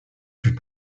fut